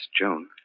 Joan